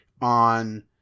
on